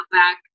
back